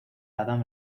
adam